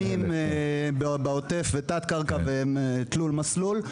-- איומים בעוטף ותת קרקע בתלוי מסלול,